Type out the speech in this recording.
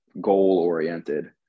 goal-oriented